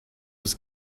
was